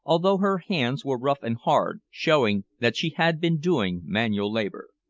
although her hands were rough and hard, showing that she had been doing manual labor.